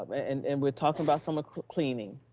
and and we're talking about someone cleaning,